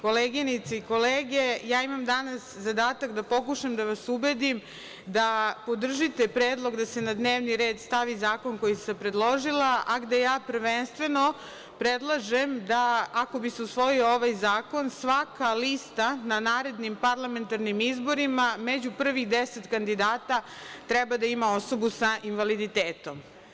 Koleginice i kolege, imam danas zadatak da pokušam da vas ubedim da podržite predlog da se na dnevni red stavi zakon koji sam predložila, a gde ja prvenstveno predlažem da, ako bi se usvojio ovaj zakon, svaka lista na narednim parlamentarnim izborima među prvih 10 kandidata treba da ima osobu sa invaliditetom.